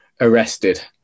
arrested